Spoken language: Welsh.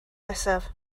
nesaf